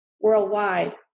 worldwide